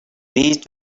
reached